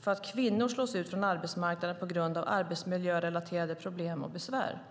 för att kvinnor slås ut från arbetsmarknaden på grund av arbetsmiljörelaterade problem och besvär.